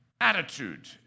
Attitude